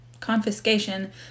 Confiscation